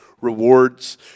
rewards